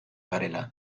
garela